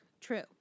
True